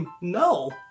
No